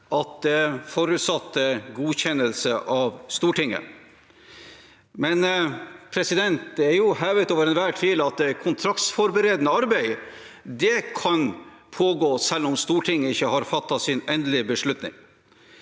at det forutsatte godkjennelse av Stortinget. Men det er jo hevet over enhver tvil at kontraktsforberedende arbeid kan pågå selv om Stortinget ikke har fattet sin endelige beslutning.